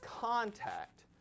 contact